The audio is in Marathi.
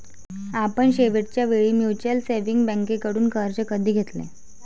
आपण शेवटच्या वेळी म्युच्युअल सेव्हिंग्ज बँकेकडून कर्ज कधी घेतले?